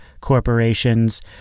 corporations